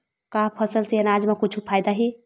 का फसल से आनाज मा कुछु फ़ायदा हे?